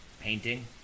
painting